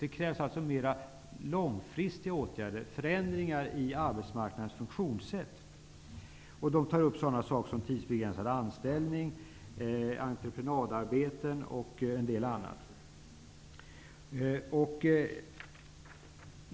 Det krävs mera långfristiga åtgärder, förändringar i arbetsmarknadens funktionssätt, och kommissionen tar upp sådana saker som tidsbegränsad anställning, entreprenadarbeten och en del annat.